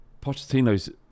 Pochettino's